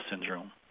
syndrome